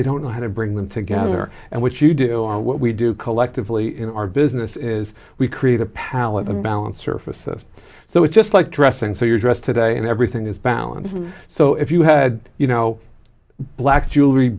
they don't have bring them together and what you do what we do collectively in our business is we create a palette of balance surfaces so it's just like dressing so your dress today and everything is balanced so if you had you know black jewelry